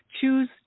choose